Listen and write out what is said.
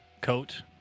Coat